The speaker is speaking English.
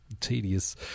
Tedious